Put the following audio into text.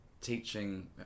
teaching